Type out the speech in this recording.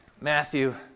Matthew